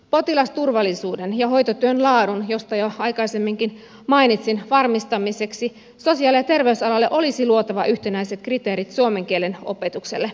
potilasturvallisuuden ja hoitotyön laadun josta jo aikaisemminkin mainitsin varmistamiseksi sosiaali ja terveysalalle olisi luotava yhtenäiset kriteerit suomen kielen opetukselle